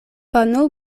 pano